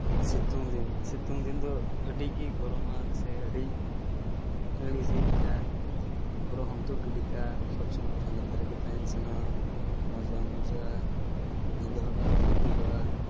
ᱥᱤᱛᱩᱝ ᱫᱤᱱ ᱥᱤᱛᱩᱝ ᱫᱤᱱ ᱫᱚ ᱟᱹᱰᱤ ᱜᱮ ᱜᱚᱨᱚᱢᱟ ᱥᱮ ᱟᱹᱰᱤ ᱟᱹᱲᱤᱥ ᱜᱮ ᱟᱹᱭᱠᱟᱹᱜᱼᱟ ᱟᱸᱜᱽᱨᱚᱯ ᱚᱸᱢ ᱛᱩᱫ ᱜᱤᱰᱤ ᱠᱟᱜᱼᱟ ᱥᱚᱵᱼᱥᱚᱢᱚᱭ ᱯᱷᱮᱱ ᱞᱟᱛᱟᱨ ᱨᱮᱜᱮ ᱛᱟᱦᱮᱱ ᱥᱟᱱᱟᱣᱟ ᱢᱚᱡᱽ ᱵᱟᱝ ᱵᱩᱡᱷᱟᱹᱜᱼᱟ ᱧᱤᱫᱟᱹ ᱦᱚᱸ ᱢᱮᱸᱫ ᱵᱟᱝ ᱡᱟᱹᱯᱤᱫᱚᱜᱼᱟ